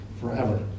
forever